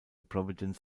providence